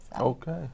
Okay